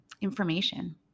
information